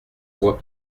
vois